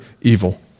evil